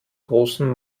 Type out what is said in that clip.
großen